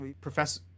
Professor